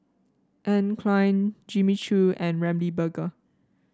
Anne Klein Jimmy Choo and Ramly Burger